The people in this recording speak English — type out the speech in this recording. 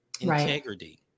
integrity